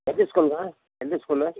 எந்த ஸ்கூலுங்க எந்த ஸ்கூலு